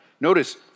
Notice